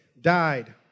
died